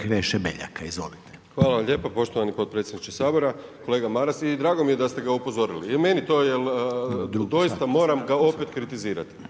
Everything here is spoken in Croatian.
Kreše Beljaka. Izvolite. **Beljak, Krešo (HSS)** Hvala vam lijepa poštovani potpredsjedniče Sabora. Kolega Maras, i drago mi je da ste ga upozorili. I meni to jer doista moram ga opet kritizirati.